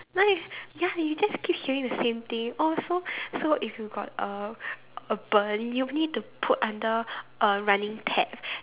like ya you just keep hearing the same thing oh so so if you got a a burn you need to put under a running tap